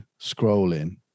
scrolling